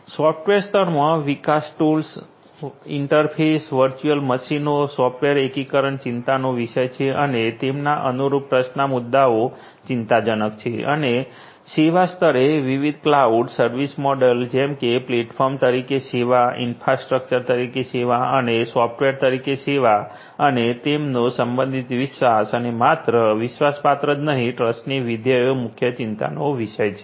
software સ્તરમાં વિકાસ tools interface virtual મશીનો સોફ્ટવેર એકીકરણ ચિંતાનો વિષય છે અને તેમના અનુરૂપ ટ્રસ્ટના મુદ્દાઓ ચિંતાજનક છે અને સેવા સ્તરે વિવિધ ક્લાઉડ સર્વિસ મોડેલ્સ જેમ કે પ્લેટફોર્મ તરીકે સેવા ઇન્ફ્રાસ્ટ્રક્ચર તરીકે સેવા અને સોફ્ટવેર તરીકે સેવા અને તેમનો સંબંધિત વિશ્વાસ અને માત્ર વિશ્વાસપાત્ર જ નહીં ટ્રસ્ટની વિધેયો મુખ્ય ચિંતા નો વિષય છે